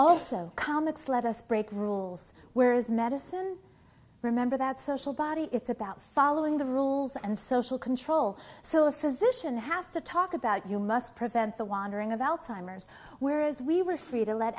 also comics let us break rules whereas medicine remember that social body is about following the rules and social control so a physician has to talk about you must prevent the wandering of alzheimer's whereas we were free to let